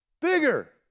bigger